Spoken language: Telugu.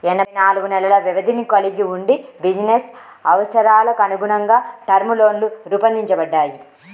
ఎనభై నాలుగు నెలల వ్యవధిని కలిగి వుండి బిజినెస్ అవసరాలకనుగుణంగా టర్మ్ లోన్లు రూపొందించబడ్డాయి